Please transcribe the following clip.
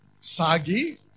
Sagi